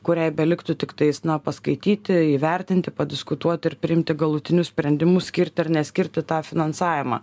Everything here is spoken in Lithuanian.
kuriai beliktų tiktais na paskaityti įvertinti padiskutuoti ir priimti galutinius sprendimus skirti ar neskirti tą finansavimą